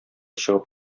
чыгып